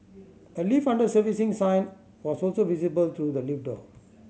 a lift under servicing sign was also visible through the lift door